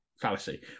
fallacy